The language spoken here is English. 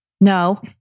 No